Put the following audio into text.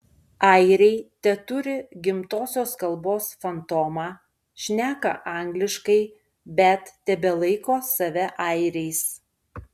airiai teturi gimtosios kalbos fantomą šneka angliškai bet tebelaiko save airiais